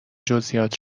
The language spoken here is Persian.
جزییات